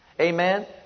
Amen